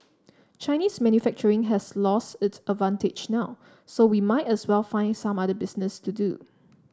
Chinese manufacturing has lost its advantage now so we might as well find some other business to do